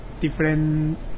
different